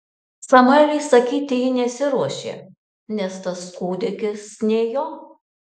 samueliui sakyti ji nesiruošė nes tas kūdikis ne jo